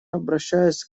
обращаюсь